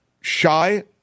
shy